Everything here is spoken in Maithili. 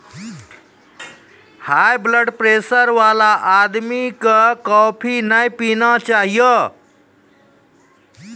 हाइब्लडप्रेशर वाला आदमी कॅ कॉफी नय पीना चाहियो